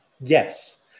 Yes